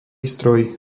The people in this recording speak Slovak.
stroj